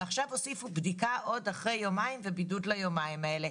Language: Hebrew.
ועכשיו הוסיפו בדיקה אחרי יומיים ובידוד ליומיים האלה.